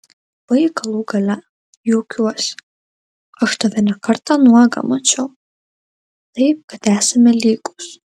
baik galų gale juokiuosi aš tave ne kartą nuogą mačiau taip kad esame lygūs